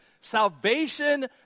Salvation